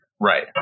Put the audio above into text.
Right